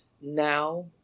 now